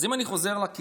אז אם אני חוזר לכלים,